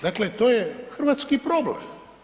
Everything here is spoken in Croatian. Dakle, to je hrvatski problem.